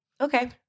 Okay